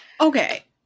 Okay